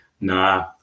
nah